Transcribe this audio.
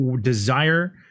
desire